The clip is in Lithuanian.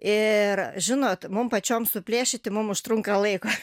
ir žinot mum pačioms suplėšyti mum užtrunka laiko